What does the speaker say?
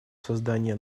создания